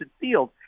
field